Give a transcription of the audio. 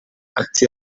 ati